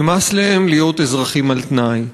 נמאס להם להיות אזרחים על-תנאי,